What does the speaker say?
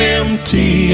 empty